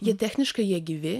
jie techniškai jie gyvi